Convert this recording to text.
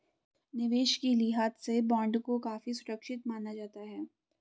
निवेश के लिहाज से बॉन्ड को काफी सुरक्षित माना जाता है